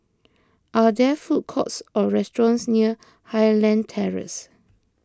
are there food courts or restaurants near Highland Terrace